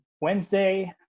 Wednesday